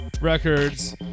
Records